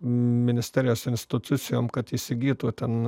ministerijos institucijom kad įsigytų ten